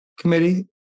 committee